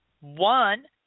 one